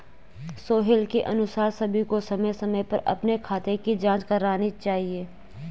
सोहेल के अनुसार सभी को समय समय पर अपने खाते की जांच करनी चाहिए